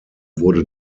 wurde